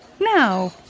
Now